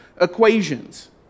equations